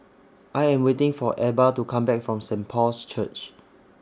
I Am waiting For Ebba to Come Back from Saint Paul's Church